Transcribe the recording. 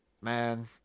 Man